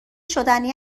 شدنی